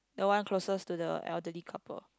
the one closest to the elderly couple